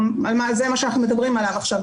זה מה שאנחנו מדברים עליו עכשיו,